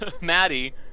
Maddie